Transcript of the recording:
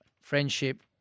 friendship